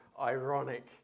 ironic